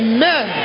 Amen